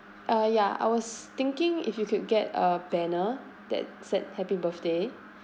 uh ya I was thinking if you could get a banner that said happy birthday